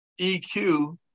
EQ